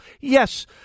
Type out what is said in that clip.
Yes